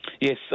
Yes